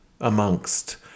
amongst